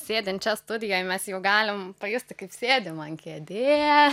sėdint čia studijoj mes jau galim pajusti kaip sėdim an kėdės